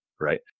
right